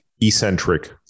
eccentric